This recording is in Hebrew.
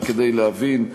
רק כדי להבין,